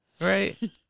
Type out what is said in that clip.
Right